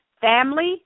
Family